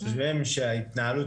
וחושבים שההתנהלות,